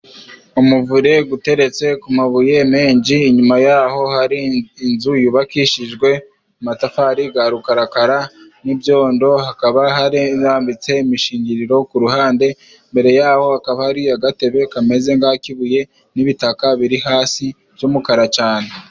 Umuvure guteretse ku mabuye menshi, inyuma yaho hakaba hari inzu yubakishijwe amatafari ga rukarakara n'ibyondo. Hakaba harambiitse imishingiriro ku ruhande imbere y'aho hakaba hari agatebe kameze nk'ak'ibuye n'ibitaka biri hasi by'umukara cane.